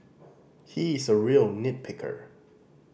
he is a real nit picker